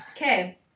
Okay